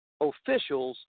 officials